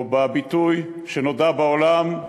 או בביטוי שנודע בעולם,